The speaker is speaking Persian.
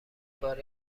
بار